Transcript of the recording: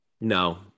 No